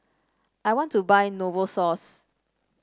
I want to buy Novosource